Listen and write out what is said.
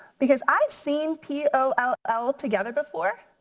because i've seen p o l l together before.